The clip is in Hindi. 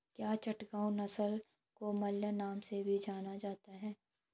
क्या चटगांव नस्ल को मलय नाम से भी जाना जाता है?